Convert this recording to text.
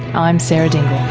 i'm sarah dingle